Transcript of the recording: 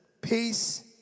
peace